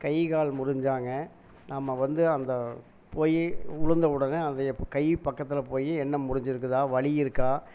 கை கால் முறிஞ்சாங்க நாம் வந்து அந்த போய் விழுந்த உடனே அதை கை பக்கத்தில் போய் என்ன முறிஞ்சிருக்குதா வலி இருக்கா